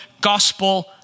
gospel